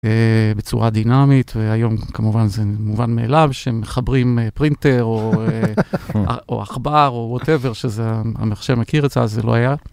בצורה דינמית והיום כמובן זה מובן מאליו שמחברים פרינטר או עכבר שזה המחשב מכיר את זה אז זה לא היה.